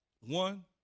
One